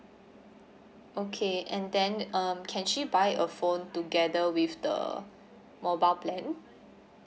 okay and then um can she buy a phone together with the mobile plan